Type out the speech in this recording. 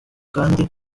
kandi